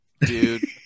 dude